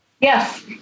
Yes